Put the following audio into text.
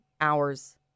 hours